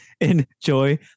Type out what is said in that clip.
enjoy